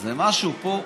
אז משהו פה,